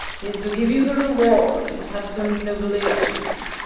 is to give you the reward you have so nobly earned.